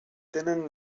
tenen